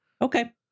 Okay